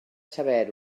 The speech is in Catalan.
saber